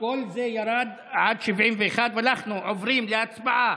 זה ירד, עד 71. אנחנו עוברים להצבעה.